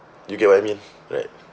you get what I mean right